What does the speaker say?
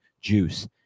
juice